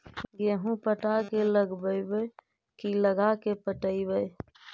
गेहूं पटा के लगइबै की लगा के पटइबै?